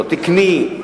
לא תקני,